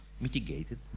mitigated